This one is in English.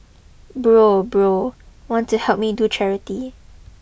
bro bro want to help me do charity